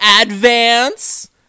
advance